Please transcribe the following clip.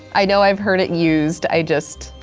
i know i've heard it used. i just,